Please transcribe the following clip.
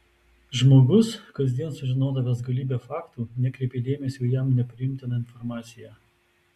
žmogus kasdien sužinodavęs galybę faktų nekreipė dėmesio į jam nepriimtiną informaciją